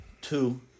two